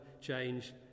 change